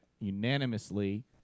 unanimously